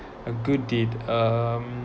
a good deed um